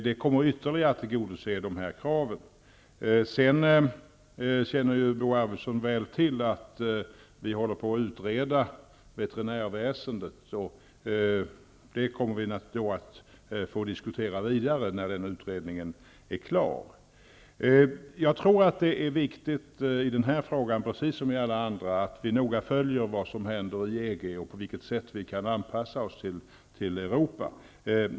Det kommer ytterligare att tillgodose kraven. Bo Arvidson känner väl till att regeringen låter utreda veterinärväsendet. När utredningen är klar får vi diskutera de frågorna vidare. I den här frågan, precis som i alla andra, är det viktigt att vi noga följer vad som händer i EG och på vilket sätt vi kan anpassa oss till Europa.